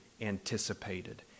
anticipated